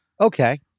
Okay